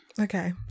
okay